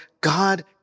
God